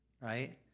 right